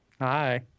Hi